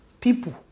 people